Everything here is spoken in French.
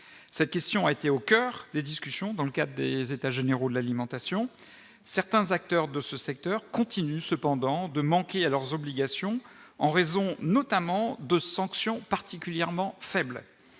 cette question a été au coeur des discussions dans le cadre des états généraux de l'alimentation, certains acteurs de ce secteur continue cependant de manquer à leurs obligations, en raison notamment de sanction particulièrement faible,